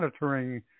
Monitoring